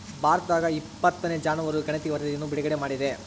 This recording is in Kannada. ಭಾರತದಾಗಇಪ್ಪತ್ತನೇ ಜಾನುವಾರು ಗಣತಿ ವರಧಿಯನ್ನು ಬಿಡುಗಡೆ ಮಾಡಿದೆ